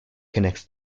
connects